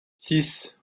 six